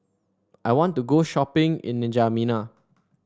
I want to go shopping in N'Djamena